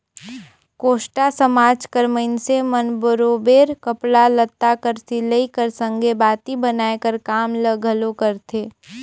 कोस्टा समाज कर मइनसे मन बरोबेर कपड़ा लत्ता कर सिलई कर संघे बाती बनाए कर काम ल घलो करथे